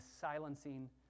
silencing